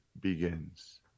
begins